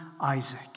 Isaac